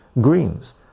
greens